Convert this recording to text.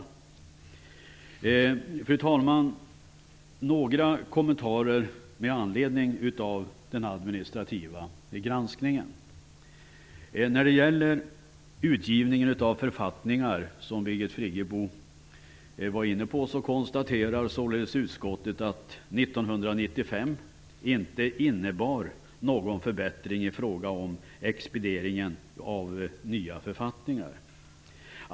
Fru talman! Jag vill göra några kommentarer med anledning av den administrativa granskningen. När det gäller utgivningen av författningar, som Birgit Friggebo tog upp, konstaterar utskottet att 1995 inte innebar någon förbättring i fråga om expedieringen av nya författningar.